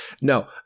No